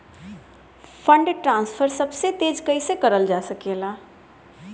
Fund transfer सबसे तेज कइसे करल जा सकेला?